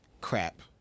crap